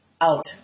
out